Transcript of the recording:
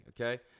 okay